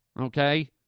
okay